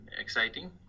exciting